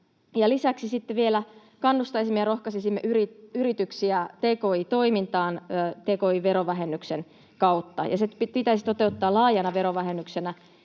sitten vielä kannustaisimme ja rohkaisisimme yrityksiä tki-toimintaan tki-verovähennyksen kautta. Se pitäisi toteuttaa laajana verovähennyksenä